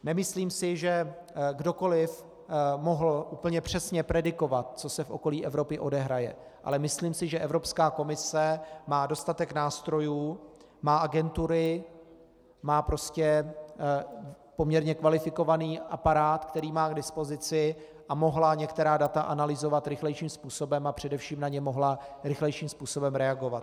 Nemyslím si, že kdokoliv mohl úplně přesně predikovat, co se v okolí Evropy odehraje, ale myslím si, že Evropská komise má dostatek nástrojů, má agentury, má prostě poměrně kvalifikovaný aparát, který má k dispozici, a mohla některá data analyzovat rychlejším způsobem a především na ně mohla rychlejším způsobem reagovat.